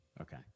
Okay